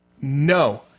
no